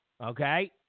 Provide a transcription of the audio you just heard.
okay